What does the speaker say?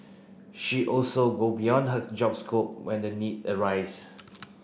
she also go beyond her job scope when the need arise